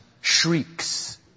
shrieks